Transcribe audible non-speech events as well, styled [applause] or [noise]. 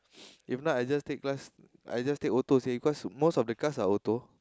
[breath] if not I just take class I just take auto seh cause most of the class are auto